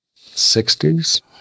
60s